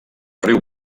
riu